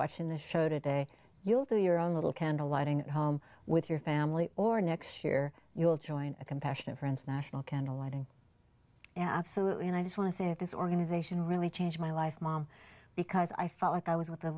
watching the show today you'll do your own little candlelighting home with your family or next year you'll join a compassion friends national candle lighting absolutely and i just want to say if this organization really changed my life mom because i felt like i was with a